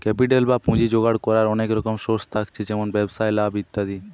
capital বা পুঁজি জোগাড় কোরার অনেক রকম সোর্স থাকছে যেমন ব্যবসায় লাভ ইত্যাদি